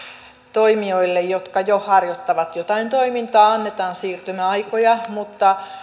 toimijoille jotka jo harjoittavat jotain toimintaa annetaan siirtymäaikoja mutta